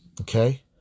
Okay